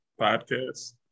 podcast